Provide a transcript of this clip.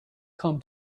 come